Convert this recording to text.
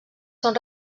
són